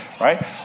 right